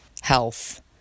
health